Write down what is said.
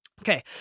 Okay